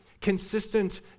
consistent